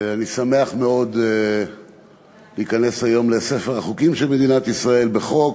אני שמח מאוד להיכנס היום לספר החוקים של מדינת ישראל בחוק